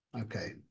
okay